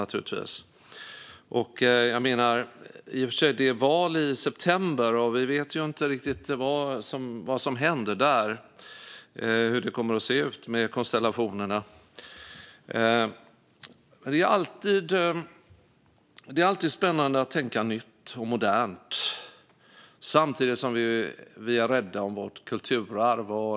Det är i och för sig val i september, och vi vet inte riktigt vad som händer där och hur konstellationerna kommer att se ut. Det är alltid spännande att tänka nytt och modernt, samtidigt som vi är rädda om vårt kulturarv.